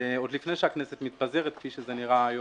עוד לפני שהכנסת מתפזרת, כפי שזה נראה היום,